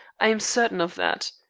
i am certain of that.